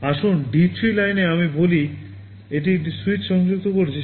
আসুন D3 লাইনে বলি আমি একটি সুইচ সংযুক্ত করেছি